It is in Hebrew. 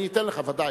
אני אתן לך, ודאי.